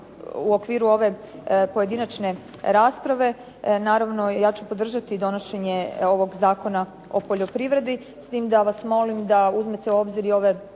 u okviru ove pojedinačne rasprave. Naravno ja ću podržati donošenje ovog Zakona o poljoprivredi s tim da vas molim da uzmete u obzir i ove